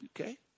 Okay